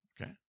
Okay